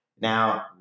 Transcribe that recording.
now